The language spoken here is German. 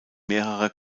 mehrerer